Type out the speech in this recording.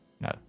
No